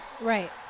Right